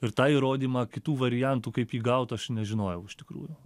ir tą įrodymą kitų variantų kaip jį gaut aš nežinojau iš tikrųjų